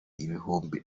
ibihumbi